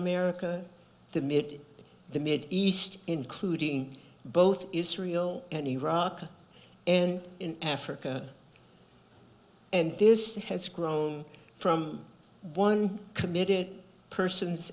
america the mid the mid east including both israel and iraq and in africa and this has grown from one committed persons